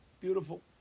Beautiful